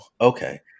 Okay